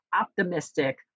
optimistic